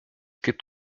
gibt